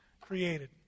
created